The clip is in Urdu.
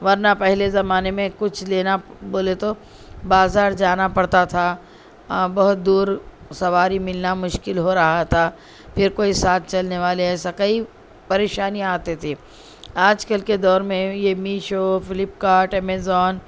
ورنہ پہلے زمانے میں کچھ لینا بولے تو بازار جانا پڑتا تھا بہت دور سواری ملنا مشکل ہو رہا تھا پھر کوئی ساتھ چلنے والے ایسا کئی پریشانیاں آتی تھی آج کل کے دور میں یہ میشو فلپ کارٹ امازون